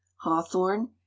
hawthorn